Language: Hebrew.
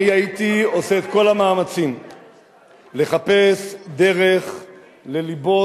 אני הייתי עושה את כל המאמצים לחפש דרך ללבות